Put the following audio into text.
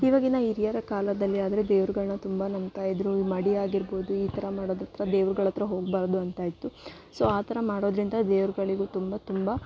ಇವಾಗಿನ ಹಿರಿಯರ ಕಾಲದಲ್ಲಿ ಆದರೆ ದೇವ್ರುಗಳ್ನ ತುಂಬ ನಂಬ್ತಾ ಇದ್ದರು ಮಡಿಯಾಗಿರ್ಬೌದು ಈ ಥರ ಮಾಡೋದು ಈ ತರ ದೇವ್ರ್ಗಳ ಹತ್ರ ಹೋಗ್ಬಾರ್ದು ಅಂತ ಇತ್ತು ಸೊ ಆ ಥರ ಮಾಡೋದರಿಂದ ದೇವ್ರುಗಳಿಗು ತುಂಬ ತುಂಬ